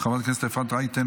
חבר הכנסת גלעד קריב,